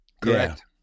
Correct